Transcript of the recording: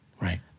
Right